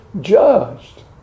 judged